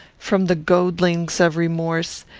from the goadings of remorse,